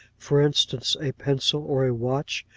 for instance, a pencil, or a watch,